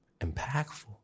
impactful